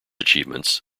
achievements